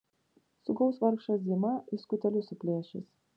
sugaus vargšą zimą į skutelius suplėšys